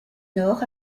nord